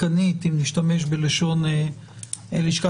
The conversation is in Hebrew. אז אני אציין לגבי כל הנושא של הנגשה לציבור